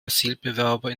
asylbewerber